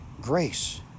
Grace